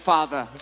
Father